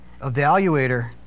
evaluator